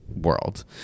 world